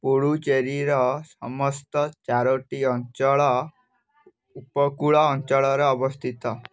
ପୁଡୁଚେରୀର ସମସ୍ତ ଚାରଟି ଅଞ୍ଚଳ ଉପକୂଳ ଅଞ୍ଚଳରେ ଅବସ୍ଥିତ